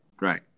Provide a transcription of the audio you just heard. right